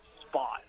spot